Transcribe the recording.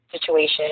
situation